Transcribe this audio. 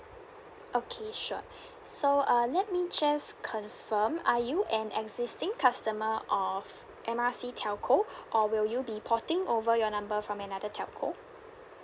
okay sure so uh let me just confirm are you an existing customer of M R C telco or will you be porting over your number from another telco